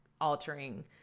altering